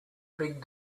big